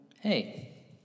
Hey